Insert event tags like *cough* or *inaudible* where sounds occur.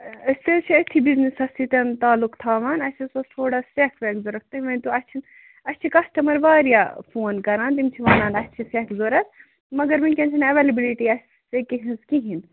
أسۍ حظ چھِ أتھۍ شبیر *unintelligible* سٍتٮ۪ن تعلُق تھاوان اَسہِ حظ ٲسۍ تھوڑا سیٚکھ ویٚکھ ضروٗرت تُہۍ ؤنۍتو اَسہِ چھِ اَسہِ چھِ کَسٹٕمر واریاہ فون کران تِم چھِ وَنان اَسہِ چھِ سیٚکھ ضروٗرت مگر ؤنکیٚن چھِ نہٕ ایویلِبِلٹۍ اَسہِ سیٚکہِ ہٕنٛز کِہیٖنٛۍ